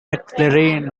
mcfarlane